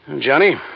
Johnny